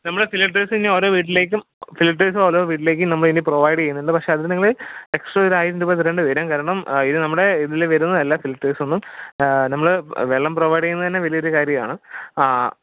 നമ്മൾ ഫിലിട്ടേഴ്സ് ഇനി ഓരോ വീട്ടിലേക്കും ഫിലിട്ടേഴ്സ് ഓരോ വീട്ടിലേക്കും നമ്മൾ ഇനി പ്രോവൈഡ് ചെയ്യുന്നുണ്ട് പക്ഷേ അത് നിങ്ങൾ എക്സ്ട്രാ ഒരു ആയിരം രൂപ തരേണ്ടി വരും കാരണം ഇത് നമ്മുടെ ഇതിൽ വരുന്നതല്ല ഫിൽറ്റേഴ്സൊന്നും നമ്മൾ വെള്ളം പ്രോവൈഡ് ചെയ്യുന്നത് തന്നെ വലിയ ഒരു കാര്യമാണ്